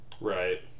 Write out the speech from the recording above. Right